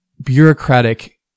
bureaucratic